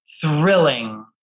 thrilling